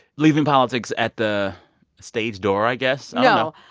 leaving politics at the stage door, i guess? no.